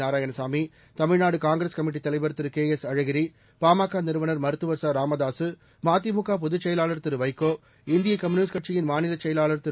Narayanasamy Tamil Nadu Congress committee தலைவர் Thiru K S Alagiri பாமக நிறுவனர் மருத்துவர் ச ராமதாசு மதிமுக பொதுச்செயலாளர் திரு வைகோ இந்திய கம்யூனிஸ்ட் கட்சியின் மாநிலச் செயலாளர் திரு